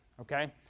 okay